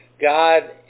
God